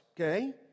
okay